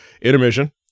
Intermission